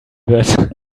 wird